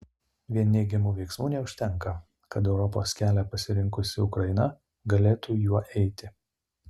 vien neigiamų veiksmų neužtenka kad europos kelią pasirinkusi ukraina galėtų juo eiti